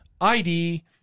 ID